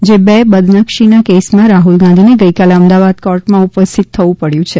જે બે બદનક્ષીના કેસમાં રાહ્લ ગાંધીને ગઇકાલે અમદાવાદ કોર્ટમાં ઉપસ્થિત થવું પડ્યું છે